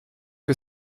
que